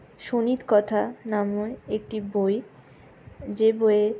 সুনীত কথা নামের একটি বই যে বইয়ে